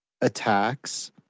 attacks